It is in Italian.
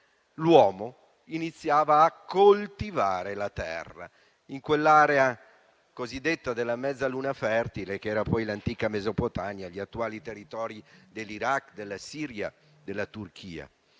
l'uomo iniziava a coltivare la terra in quell'area cosiddetta Mezzaluna fertile, che era poi l'antica Mesopotamia, gli attuali territori dell'Iraq, della Siria e della Turchia.